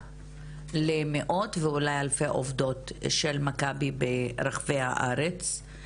למאות ואולי אלפי עובדות של מכבי ברחבי הארץ.